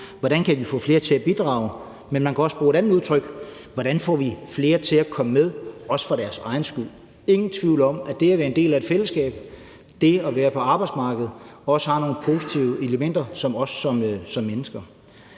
Hvordan kan vi få flere til at bidrage? Men man kunne også bruge et andet udtryk: Hvordan får vi flere til at komme med, også for deres egen skyld? Der er ingen tvivl om, at det at være en del af et fællesskab, det at være på arbejdsmarkedet, også har nogle positive elementer for os som mennesker.